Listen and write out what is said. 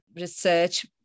research